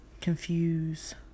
confuse